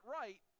right